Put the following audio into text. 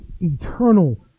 eternal